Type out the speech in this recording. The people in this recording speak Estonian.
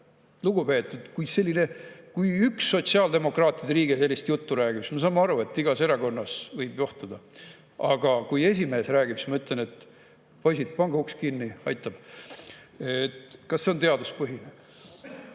Kui üks sotsiaaldemokraatide liige sellist juttu räägib, siis me saame aru, igas erakonnas võib juhtuda, aga kui esimees seda räägib, siis ma ütlen: "Poisid, pange uks kinni! Aitab! Kas see on teaduspõhine?"